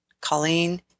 Colleen